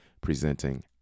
presenting